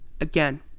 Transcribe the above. Again